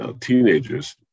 teenagers